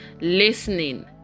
Listening